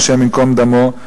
השם ייקום דמו,